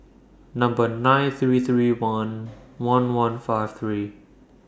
Number nine three three one one one five three